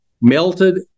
melted